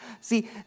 See